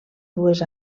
dues